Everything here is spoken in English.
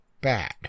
bad